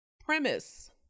Premise